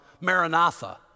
maranatha